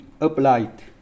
applied